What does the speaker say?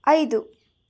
ಐದು